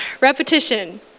repetition